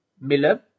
Miller